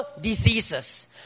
diseases